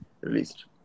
released